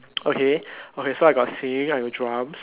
okay okay so I got singing I got drums